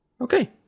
Okay